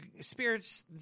spirits